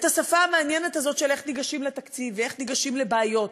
את השפה המעניינת הזאת של איך ניגשים לתקציב ואיך ניגשים לבעיות,